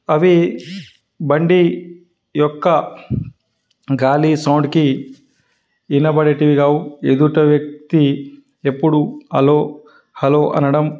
అవి బండి యొక్క గాలి సౌండ్కి వినబడేవి కావు ఎదుట వ్యక్తి ఎప్పుడు హలో హలో అనడం